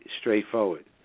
straightforward